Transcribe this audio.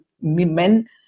men